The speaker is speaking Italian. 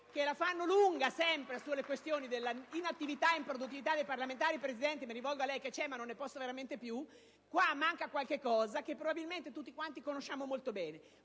che la fanno sempre lunga con le questioni dell'inattività e dell'improduttività dei parlamentari. Signora Presidente, mi rivolgo a lei, perché non ne posso veramente più. Qui manca qualcosa che probabilmente tutti quanti conosciamo molto bene: